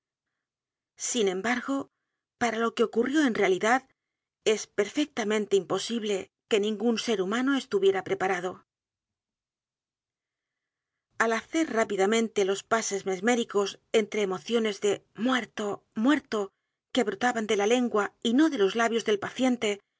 a r a lo que ocurrió en realidad es perfectamente imposible que ningún ser humano estuviera preparado al hacer rápidamente los pases mesméricos entre emociones de m u e r t o muerto i que brotaban de la lengua y no de los labios del paciente